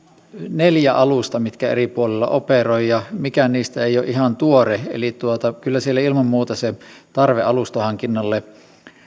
neljä alusta mitkä eri puolilla operoivat ja mikään niistä ei ole ihan tuore eli kyllä siellä ilman muuta se tarve alushankinnalle